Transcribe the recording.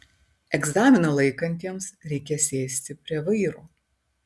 egzaminą laikantiems reikia sėsti prie vairo